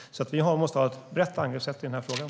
Vi måste ha ett brett angreppssätt i frågan.